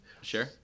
Sure